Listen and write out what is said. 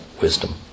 wisdom